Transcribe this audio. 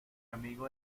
amigo